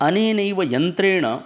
अनेनैव यन्त्रेण